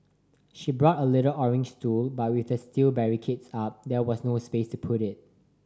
she brought a little orange stool but with the steel barricades up there was no space to put it